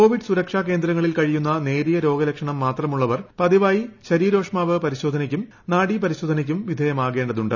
Covid സുരക്ഷാ കേന്ദ്രങ്ങളിൽ കഴിയുന്ന നേരിയ രോഗ ലക്ഷണം മാത്രമുള്ളവർ പതിവായി ശരീരോഷ്മാവ് പരിശോധനയ്ക്കും നാഡീ പരിശോധനയ്ക്കും വിധേയമാകേണ്ടതുണ്ട്